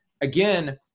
again